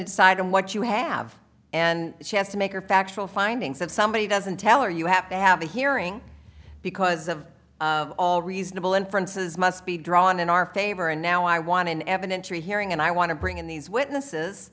decide on what you have and she has to make a factual findings that somebody doesn't tell her you have to have a hearing because of all reasonable inferences must be drawn in our favor and now i want an evidentiary hearing and i want to bring in these witnesses